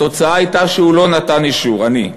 התוצאה הייתה שהוא לא נתן אישור" אני.